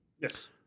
Yes